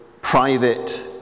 private